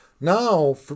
now